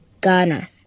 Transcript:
Ghana